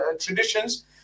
traditions